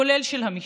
כולל של המשפט,